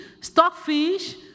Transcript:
stockfish